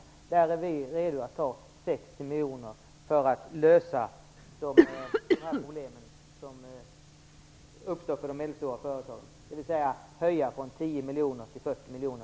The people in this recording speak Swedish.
Av dem är vi redo att ta 60 miljoner för att lösa de problem som uppstår för de medelstora företagen, dvs. att höja omsättningsgränsen från 10 till 40 miljoner.